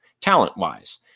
talent-wise